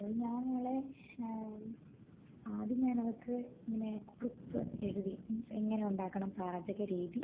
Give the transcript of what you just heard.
അപ്പോൾ ഞാൻ അവളെ ആദ്യം ഞാൻ അവൾക്ക് ഇങ്ങനെ കുറിപ്പ് എഴുതി മീൻസ് എങ്ങനെ ഉണ്ടാക്കണം പാചക രീതി